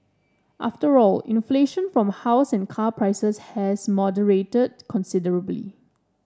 after all inflation from house and car prices has moderated considerably